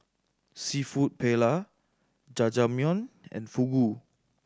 Seafood Paella Jajangmyeon and Fugu